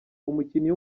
umukinnyi